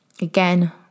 again